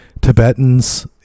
tibetans